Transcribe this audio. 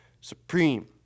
Supreme